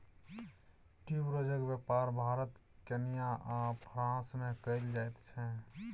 ट्यूबरोजक बेपार भारत केन्या आ फ्रांस मे कएल जाइत छै